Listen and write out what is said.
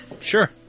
sure